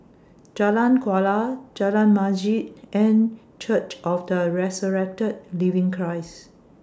Jalan Kuala Jalan Masjid and Church of The Resurrected Living Christ